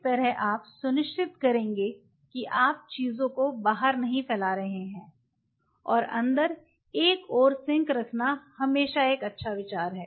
इस तरह आप सुनिश्चित करेंगे कि आप चीजों को बाहर नहीं फैला रहे हैं और अंदर एक और सिंक रखना हमेशा एक अच्छा विचार है